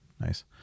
Nice